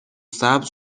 سبز